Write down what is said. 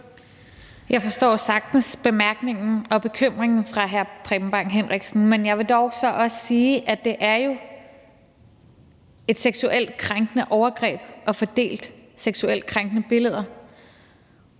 Jeg forstår sagtens bemærkningen og bekymringen fra hr. Preben Bang Henriksens side, men jeg vil jo dog så også sige, at det er et seksuelt krænkende overgreb at få delt seksuelt krænkende billeder,